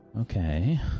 Okay